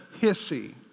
hissy